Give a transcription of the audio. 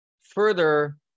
further